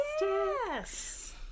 Yes